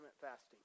fasting